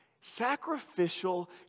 Sacrificial